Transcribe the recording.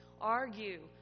argue